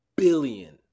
billion